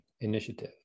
initiative